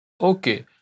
Okay